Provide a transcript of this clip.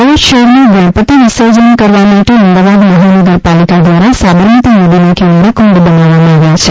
અમદાવાદ શહેરમાં ગણપતિ વિસર્જન કરવા માટે અમદાવાદ મહાનગરપાલિકા દ્વારા સાબરમતી નદીના કિનારે કુંડ બનાવવામાં આવ્યા છે